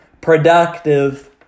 productive